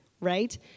Right